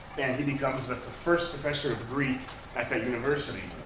and he becomes the first professor of greek at that university.